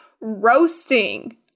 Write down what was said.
roasting